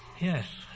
Yes